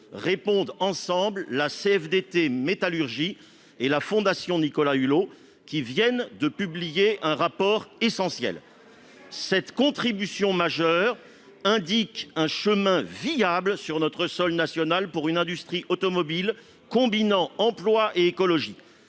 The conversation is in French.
répondent ensemble la CFDT Métallurgie et la Fondation Nicolas Hulot, qui viennent de publier un rapport essentiel sur ce sujet. C'est du sérieux ! Cette contribution majeure au débat indique un chemin viable sur notre sol national pour une industrie automobile combinant emploi et écologie.